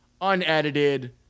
unedited